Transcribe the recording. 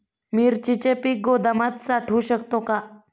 मिरचीचे पीक गोदामात साठवू शकतो का?